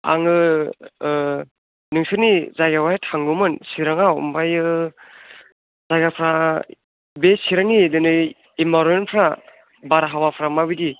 आङो ओ नोंसोरनि जायगायावहाय थांगौमोन चिरांआव ओमफ्राय जायगाफ्रा बे चिरांनि दिनै एन्भायरनफ्रा बारहावाफ्रा माबायदि